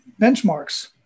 benchmarks